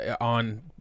on